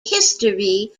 history